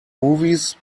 movies